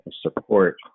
support